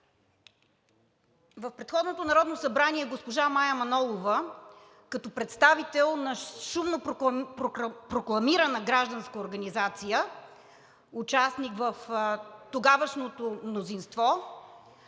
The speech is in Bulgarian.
В предходното Народно събрание госпожа Мая Манолова, като представител на шумно прокламирана гражданска организация, участник в тогавашното мнозинство,